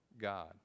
God